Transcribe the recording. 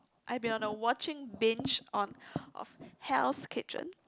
I've been on a watching binge on of Hell's Kitchen